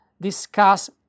discuss